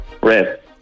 Red